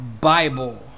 Bible